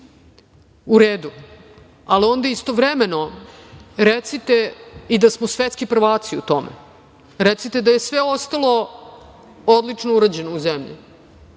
u redu, ali onda istovremeno recite i da smo svetski prvaci u tome. Recite da je sve ostalo odlično urađeno u zemlji,